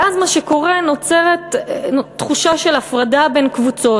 ואז מה שקורה, נוצרת תחושה של הפרדה בין קבוצות.